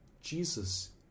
Jesus